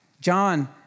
John